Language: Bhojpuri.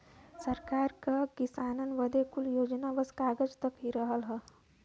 सरकार क किसानन बदे कुल योजना बस कागज तक ही रहल हौ